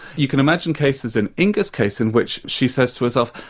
you can imagine cases in inga's case in which she says to herself,